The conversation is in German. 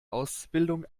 ausbildung